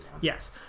yes